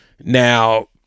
now